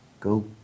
Go